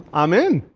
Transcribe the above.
i'm in.